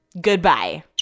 Goodbye